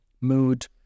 mood